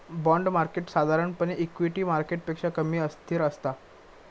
bond market साधारणपणे equity मार्केटपेक्षा कमी अस्थिर असता